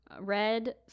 Red